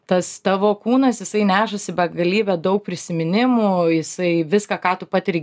tas tavo kūnas jisai nešasi begalybę daug prisiminimų jisai viską ką tu patiri